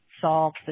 solve